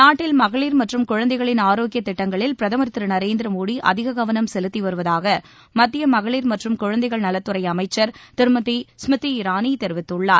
நாட்டில் மகளிர் மற்றும் குழந்தைகளின் ஆரோக்கியத் திட்டங்களில் பிரதூர் திரு நரேந்திர மோடி அதிக கவனம் செலுத்தி வருவதாக மத்திய மகளிர் மற்றும் குழந்தைகள் நலத்துறை அமைச்சர் திருமதி ஸ்மிருதி இரானி தெரிவித்துள்ளார்